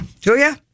Julia